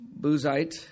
Buzite